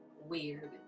Weird